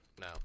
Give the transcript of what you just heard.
No